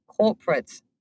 corporates